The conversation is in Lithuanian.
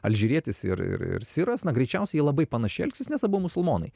alžyrietis ir ir siras na greičiausiai jie labai panašiai elgsis nes abu musulmonai